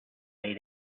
made